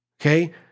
okay